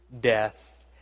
death